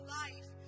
life